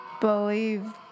believe